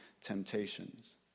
temptations